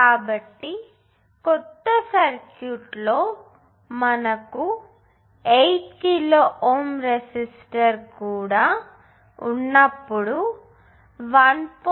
కాబట్టి కొత్త సర్క్యూట్లో మనకు 8 కిలోΩ రెసిస్టర్ కూడా ఉన్నప్పుడు మనకు 1